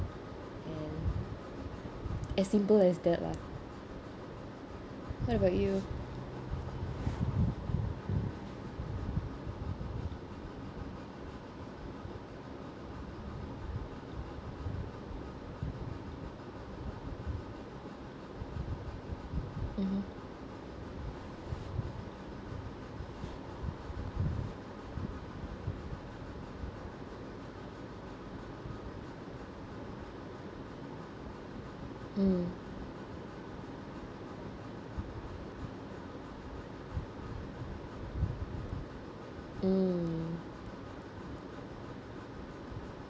and as simple as that lah what about you mmhmm mm hmm